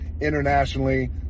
Internationally